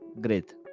great